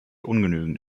ungenügend